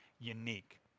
unique